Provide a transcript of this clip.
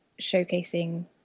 showcasing